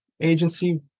agency